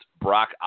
Brock